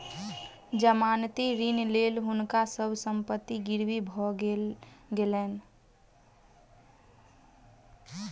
जमानती ऋणक लेल हुनका सभ संपत्ति गिरवी भ गेलैन